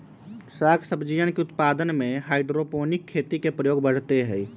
साग सब्जियन के उत्पादन में हाइड्रोपोनिक खेती के प्रयोग बढ़ते हई